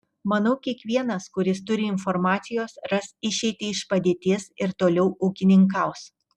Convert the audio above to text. manau kiekvienas kuris turi informacijos ras išeitį iš padėties ir toliau ūkininkaus